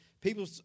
People